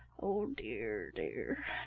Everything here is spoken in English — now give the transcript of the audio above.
oh dear, dear,